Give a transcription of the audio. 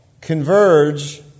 converge